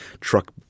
truck